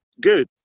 good